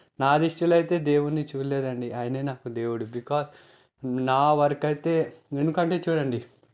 నా దృష్టిలో అయితే దేవుడ్నిచూడలేదండి ఆయన నాకు దేవుడు బికాస్ నా వరకు అయితే ఎందుకంటే చూడండి